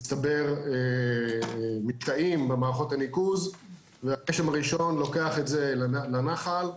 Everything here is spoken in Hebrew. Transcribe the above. הצטבר --- במערכות הניקוז והגשם הראשון לוקח את זה לנחל.